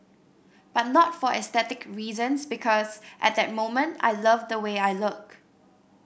but not for aesthetic reasons because at the moment I love the way I look